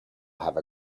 have